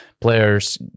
players